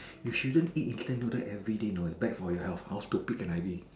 you shouldn't eat instant noodle everyday know is bad for your health how stupid can I be